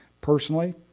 personally